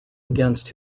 against